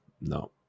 No